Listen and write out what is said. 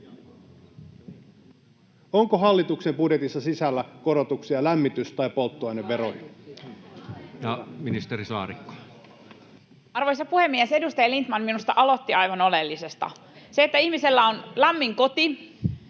onko hallituksen budjetissa sisällä korotuksia lämmitys- tai polttoaineveroihin? Ministeri Saarikko. Arvoisa puhemies! Edustaja Lindtman minusta aloitti aivan oleellisesta: se, että ihmisellä on lämmin koti